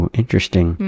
interesting